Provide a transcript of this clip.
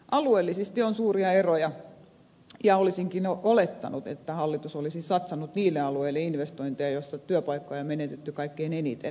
alueellisesti on suuria eroja ja olisinkin olettanut että hallitus olisi satsannut investointeja niille alueille joilla työpaikkoja on menetetty kaikkein eniten